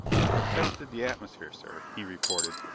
i have tested the atmosphere, sir, he reported.